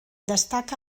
destaca